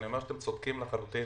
אני אומר שאתם צודקים לחלוטין.